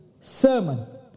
sermon